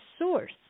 Source